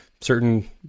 certain